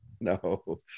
No